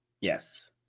Yes